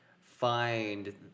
find